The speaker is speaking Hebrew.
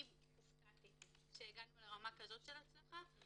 אבל אני הופתעתי שהגענו לרמה כזאת של הצלחה.